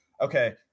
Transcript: okay